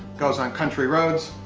goes on country roads.